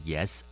Yes